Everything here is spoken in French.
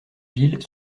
villes